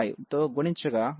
25 తో గుణించగా వచ్చేది